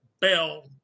bell